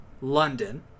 London